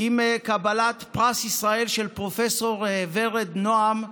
קבלת פרס ישראל של פרופ' ורד נעם,